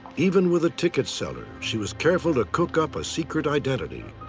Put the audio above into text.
even with the ticket seller, she was careful to cook up a secret identity.